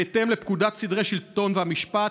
בהתאם לפקודת סדרי השלטון והמשפט,